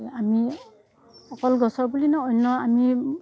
আমি অকল গছৰ বুলি নহয় অন্য আমি